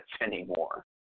anymore